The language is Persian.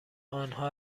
آنها